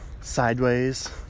sideways